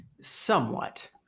Somewhat